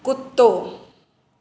कुतो